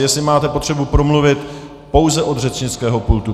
Jestli máte potřebu promluvit, pouze od řečnického pultu.